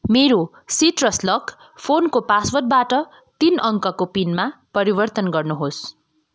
मेरो सिट्रस लक फोनको पासवर्डबाट तिन अङ्कको पिनमा परिवर्तन गर्नुहोस्